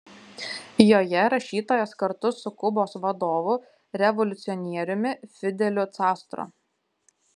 joje rašytojas kartu su kubos vadovu revoliucionieriumi fideliu castro